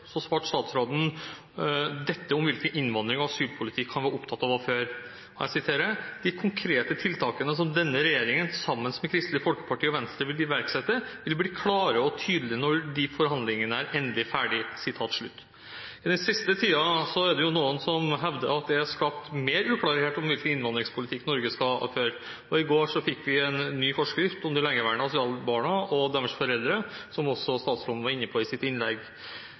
så kan jeg opplyse om at jeg er uenig i den vurderingen, men det får vi komme tilbake til. I et replikkordskifte i denne salen i fjor, ca. på denne tiden, svarte statsråden dette om hvilken innvandring- og asylpolitikk han var opptatt av å føre: «De konkrete tiltakene som denne regjeringen sammen med Kristelig Folkeparti og Venstre vil iverksette, vil bli klare og tydelige når de forhandlingene er endelig ferdig». Den siste tiden er det noen som hevder at det er skapt mer uklarhet om hvilken innvandringspolitikk Norge skal føre, og i går fikk vi en ny forskrift om de lengeværende asylbarna og deres foreldre,